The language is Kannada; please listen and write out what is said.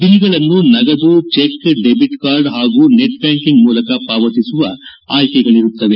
ಬಿಲ್ಗಳನ್ನು ನಗದು ಚೆಕ್ ಡೆಬಿಟ್ ಕಾರ್ಡ್ ಹಾಗೂ ನೆಟ್ ಬ್ಯಾಂಕಿಂಗ್ ಮೂಲಕ ಪಾವತಿಸುವ ಆಯ್ಕೆಗಳಿರುತ್ತವೆ